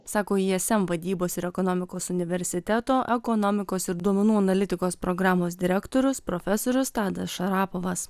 sako ism vadybos ir ekonomikos universiteto ekonomikos ir duomenų analitikos programos direktorius profesorius tadas šarapovas